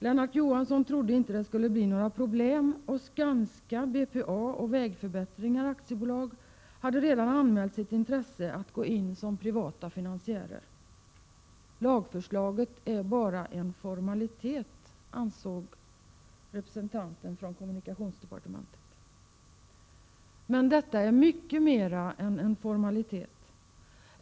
Lennart Johansson trodde inte att det skulle bli några problem, och Skanska, BPA och Vägförbättringar AB hade redan anmält sitt intresse att gå in som privata finansiärer. Representanten från kommunikationsdepartementet ansåg att lagförslaget bara var en formalitet. Men detta är mycket mer än en formalitet.